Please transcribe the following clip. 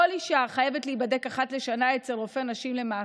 כל אישה חייבת להיבדק אחת לשנה אצל רופא נשים למעקב.